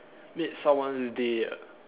made someone's day ah